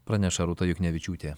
praneša rūta juknevičiūtė